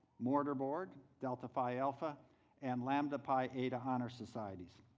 mortarboard, delta phi alpha and lambda pi eta honor societies.